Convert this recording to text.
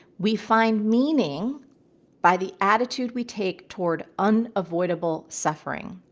we find meaning by the attitude we take toward unavoidable suffering.